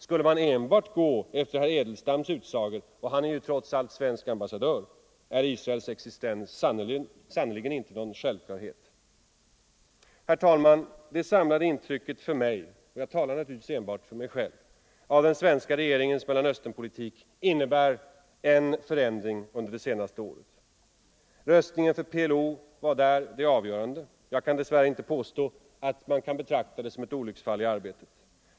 Skulle man enbart gå efter herr Edelstams utsagor, och han är trots allt svensk ambassadör, är Israels existens sannerligen inte någon självklarhet. Herr talman! Det samlade intrycket för mig, och jag talar naturligtvis enbart för mig själv, av den svenska regeringens Mellanösternpolitik innebär en förändring under det senaste året. Röstningen för PLO var där det avgörande. Jag kan dess värre inte påstå att man kan betrakta det som ett olycksfall i arbetet.